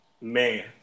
Man